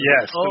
yes